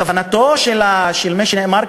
הכוונה של מה שנאמר,